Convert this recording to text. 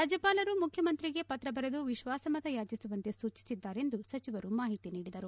ರಾಜ್ಯಪಾಲರು ಮುಖ್ಯಮಂತ್ರಿಗೆ ಪತ್ರ ಬರೆದು ವಿಶ್ವಾಸಮಯಾಚಿಸುವಂತೆ ಸೂಚಿಸಿದ್ದಾರೆ ಎಂದು ಸಚಿವರು ಮಾಹಿತಿ ನೀಡಿದರು